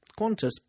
Qantas